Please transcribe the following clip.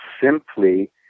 simply